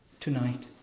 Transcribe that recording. tonight